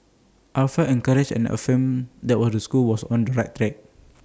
I felt encouraged and affirmed that what school was on the right track